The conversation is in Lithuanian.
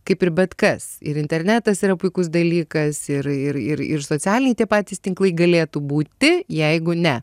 kaip ir bet kas ir internetas yra puikus dalykas ir ir ir ir socialiniai tie patys tinklai galėtų būti jeigu ne